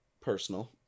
personal